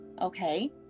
Okay